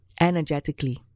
Energetically